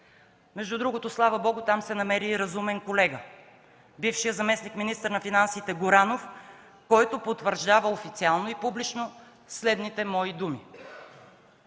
Между другото, слава Богу, там се намери и разумен колега – бившият заместник-министър на финансите Горанов, който потвърждава официално и публично следните мои думи.